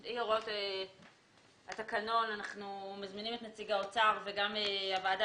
לפי הוראות התקנון אנחנו מזמינים את נציג האוצר וגם הוועדה